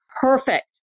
perfect